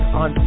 on